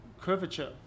curvature